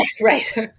Right